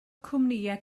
cwmnïau